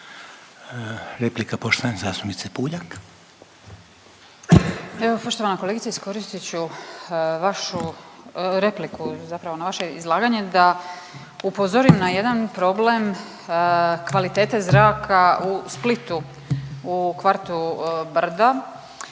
Replika poštovane zastupnice Puljak. **Puljak, Marijana (Centar)** Evo, poštovana kolegice, iskoristit ću vašu, repliku zapravo na vaše izlaganje da upozorim na jedan problem kvalitete zraka u Splitu u kvartu Brda,